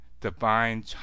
divine